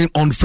on